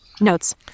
notes